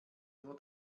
nur